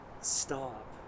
stop